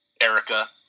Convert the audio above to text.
Erica